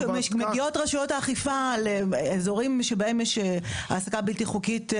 שמגיעות רשויות האכיפה לאזורים שבהם בודקים